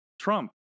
Trump